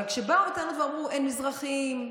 אבל כשבאו בטענות ואמרו שאין מזרחים,